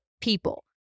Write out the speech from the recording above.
people